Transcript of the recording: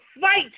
fight